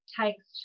takes